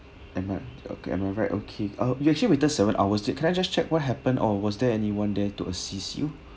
am I okay am I right okay uh you actually waited seven hours straight can I just check what happened or was there anyone there to assist you